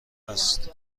است